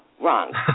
wrong